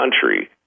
country